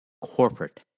corporate